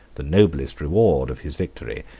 the noblest reward of his victory,